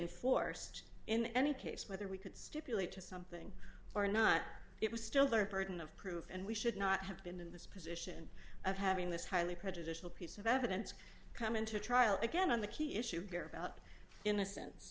enforced in any case whether we could stipulate to something or not it was still the burden of proof and we should not have been in this position of having this highly prejudicial piece of evidence come into trial again on the key issue about innocence